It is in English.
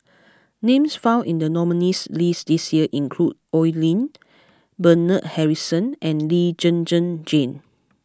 names found in the nominees' list this year include Oi Lin Bernard Harrison and Lee Zhen Zhen Jane